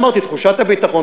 אמרתי: תחושת הביטחון,